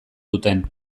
duten